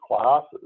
classes